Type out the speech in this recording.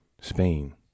Spain